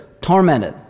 tormented